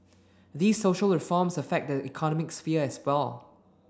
these social reforms affect the economic sphere as well